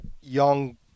young